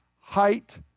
height